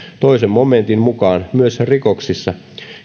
toisen momentin mukaan myös rikoksissa